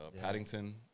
Paddington